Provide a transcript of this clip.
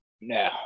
No